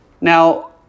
Now